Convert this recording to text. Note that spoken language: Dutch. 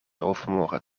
overmorgen